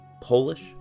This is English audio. Polish